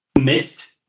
missed